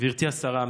גברתי השרה,